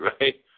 right